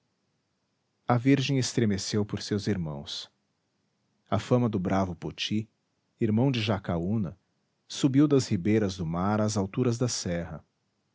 a virgem estremeceu por seus irmãos a fama do bravo poti irmão de jacaúna subiu das ribeiras do mar às alturas da serra